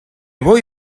voy